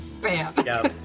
Bam